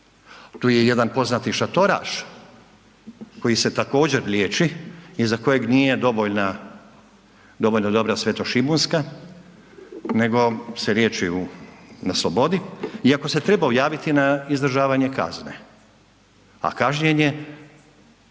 Tu je jedan poznati šatoraš koji se također liječi i za kojeg nije dovoljna, dovoljno dobra Svetošimunska, nego se liječi na slobodi iako se trebao javiti na izdržavanje kazne, a kažnjen je